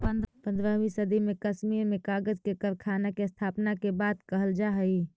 पँद्रहवीं सदी में कश्मीर में कागज के कारखाना के स्थापना के बात कहल जा हई